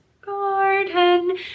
garden